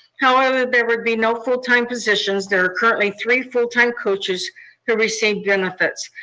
however, there would be no full time positions. there are currently three full time coaches who received benefits.